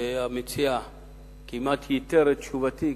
המציע כמעט ייתר את תשובתי,